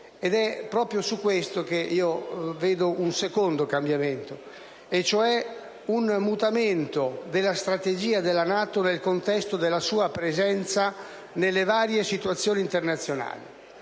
NATO. Proprio in tale ambito vedo un secondo cambiamento, ossia un mutamento della strategia della NATO nel contesto della sua presenza nelle varie situazioni internazionali: